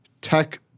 tech